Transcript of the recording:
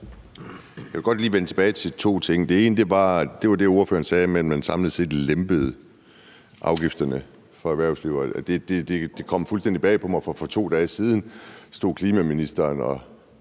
Jeg vil godt lige vende tilbage til to ting. Den ene er det, ordføreren sagde om, at man samlet set lempede afgifterne for erhvervslivet. Det kom fuldstændig bag på mig, for for 2 dage siden stod klimaministeren og